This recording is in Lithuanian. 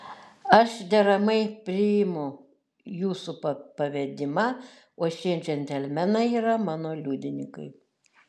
aš deramai priimu jūsų pavedimą o šie džentelmenai yra mano liudininkai